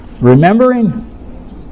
remembering